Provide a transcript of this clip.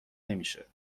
نمیشه